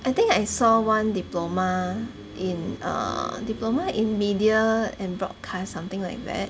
I think I saw one diploma in err diploma in media and broadcasts something like that